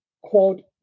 quote